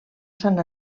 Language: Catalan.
sant